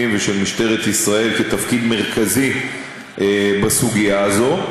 ושל משטרת ישראל כתפקיד מרכזי בסוגיה הזאת,